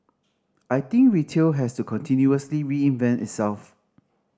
I think retail has to continuously reinvent itself